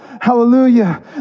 Hallelujah